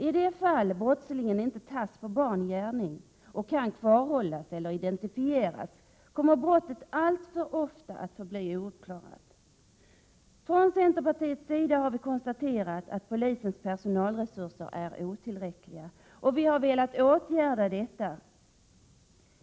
I de fall brottslingen inte tas på bar gärning och kan kvarhållas eller identifieras kommer brottet alltför ofta att förbli ouppklarat. Från centerpartiets sida har vi konstaterat att polisens personalresurser är otillräckliga, och vi har velat åtgärda detta.